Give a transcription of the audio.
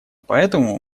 поэтому